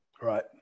right